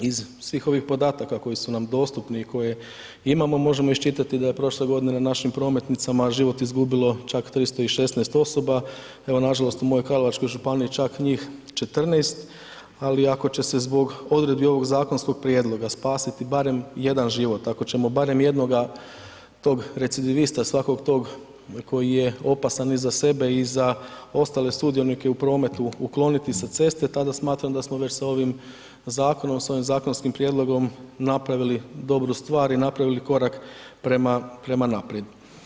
Iz svih ovih podataka koji su nam dostupni i koje imamo možemo iščitati da je prošle godine na našim prometnicama život izgubilo čak 316 osoba, evo nažalost u mojoj Karlovačkoj županiji čak njih 14, ali ako će se zbog odredbi ovog zakonskog prijedloga spasiti barem 1 život, ako ćemo barem jednoga tog recidivista svakog tog koji je opasan i za sebe i za ostale sudionike u prometu ukloniti sa ceste, tada smatram da smo već sa ovim zakonom, sa ovim zakonskim prijedlogom napravili dobru stvar i napravili korak prema naprijed.